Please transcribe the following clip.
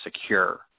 secure